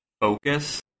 focus